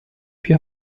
più